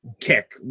kick